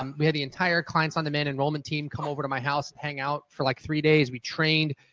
um we had the entire clients on demand enrollment team come over to my house, hangout for like three days. we trained.